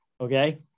Okay